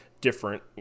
different